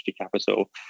Capital